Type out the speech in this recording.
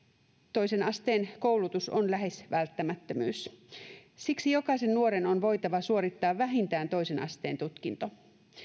toisen asteen koulutus on lähes välttämättömyys siksi jokaisen nuoren on voitava suorittaa vähintään toisen asteen tutkinto